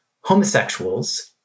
homosexuals